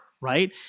right